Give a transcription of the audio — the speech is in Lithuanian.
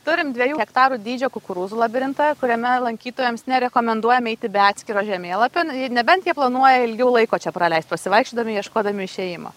turim dviejų hektarų dydžio kukurūzų labirintą kuriame lankytojams nerekomenduojame eiti be atskiro žemėlapio nebent jie planuoja ilgiau laiko čia praleist pasivaikščiodami ieškodami išėjimo